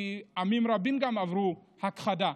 כי עמים רבים עברו הכחדה,